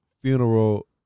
Funeral